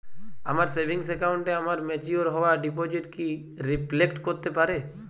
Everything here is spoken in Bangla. আমার সেভিংস অ্যাকাউন্টে আমার ম্যাচিওর হওয়া ডিপোজিট কি রিফ্লেক্ট করতে পারে?